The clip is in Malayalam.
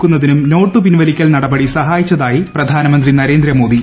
ക്കുന്നതിനും നോട്ടു പിൻവലിക്കൽ നടപടി സഹായിച്ചതായി പ്രധാനമന്ത്രി നരേന്ദ്ര മോദി